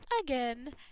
again